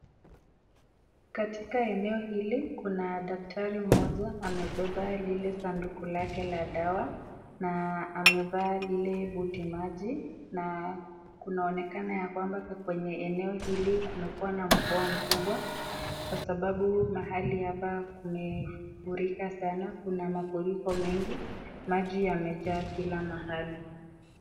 Katika eneo hili kuna daktari mmoja amebeba lile sanduku lake la dawa na amevaa lile butimaji na kunaonekana ya kwamba kwenye eneo hili kumekua na mvua mkubwa kwa sababu mahali hapa kumefurika sana. Kuna mafuriko mengi, maji yamejaa kila mahali.